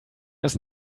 ist